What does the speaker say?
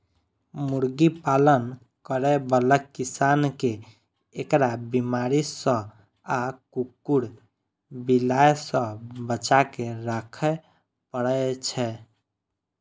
मुर्गी पालन करै बला किसान कें एकरा बीमारी सं आ कुकुर, बिलाय सं बचाके राखै पड़ै छै